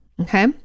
Okay